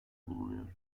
bulunuyor